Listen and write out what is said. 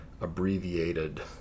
abbreviated